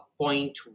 point